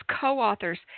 co-authors